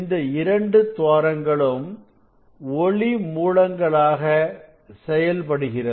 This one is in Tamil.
இந்த இரண்டு துவாரங்ளும் ஒளி மூலங்களாக செயல்படுகிறது